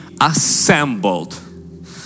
assembled